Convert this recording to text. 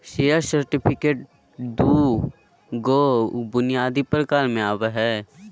share certificate दू गो बुनियादी प्रकार में आवय हइ